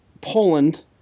Poland